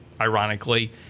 ironically